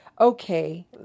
okay